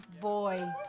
boy